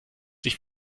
sich